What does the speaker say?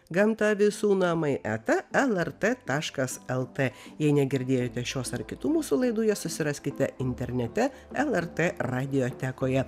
gamta visu namai eta lrt taškas lt jei negirdėjote šios ar kitų mūsų laidų jas susiraskite internete lrt radiotekoje